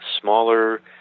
smaller